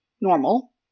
normal